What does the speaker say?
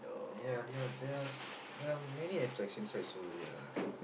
ya there are there's there are many attraction sites over there lah